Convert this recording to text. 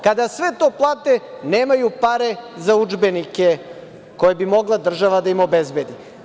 Kada sve to plate, nemaju pare za udžbenike koje bi mogla država da im obezbedi.